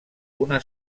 una